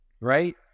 right